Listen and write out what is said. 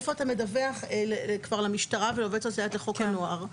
איפה אתה מדווח כבר למשטרה ולעובדת סוציאלית לחוק הנוער.